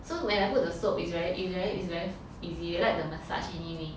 so when I put the soap is very is very is very easy they like the massage anyway